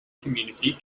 community